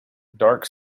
dark